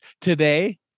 Today